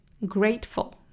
Grateful –